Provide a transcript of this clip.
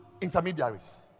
intermediaries